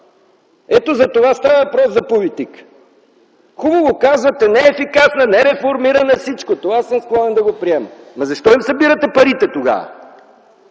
Ето затова става въпрос за политика. Хубаво, казвате неефикасна, нереформирана. Всичко това аз съм склонен да приема. Ама защо им събирате парите тогава?!